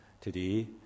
today